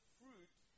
fruit